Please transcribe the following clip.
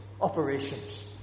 operations